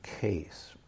case